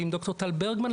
ועם ד"ר טל ברגמן,